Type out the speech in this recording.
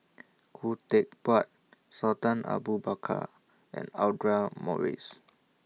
Khoo Teck Puat Sultan Abu Bakar and Audra Morrice